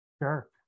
Sure